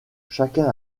chacun